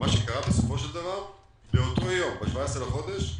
מה שקרה הוא שבאותו יום, ב-17 בחודש,